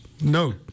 no